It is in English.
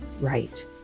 right